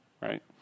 right